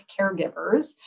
caregivers